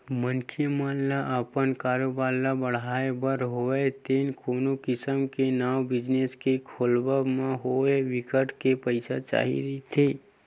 मनखे मन ल अपन कारोबार ल बड़हाय बर होवय ते कोनो किसम के नवा बिजनेस के खोलब म होवय बिकट के पइसा चाही रहिथे